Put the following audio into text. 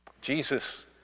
Jesus